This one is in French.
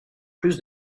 plus